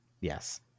Yes